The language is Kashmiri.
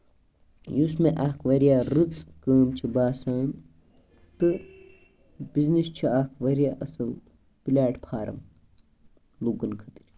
یُس مےٚ اکھ واریاہ رٕژ کٲم چھِ باسان تہٕ بِزنٮ۪س چھُ اکھ واریاہ اَصٕل پٕلیٹ فارم لُکن خٲطرٕ